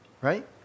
Right